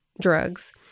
drugs